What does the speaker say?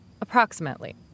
Approximately